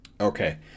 okay